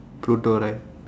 pluto right